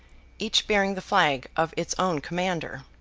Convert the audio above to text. each bearing the flag of its own commander.